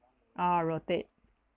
oh rotate